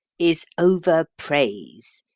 is over-praise.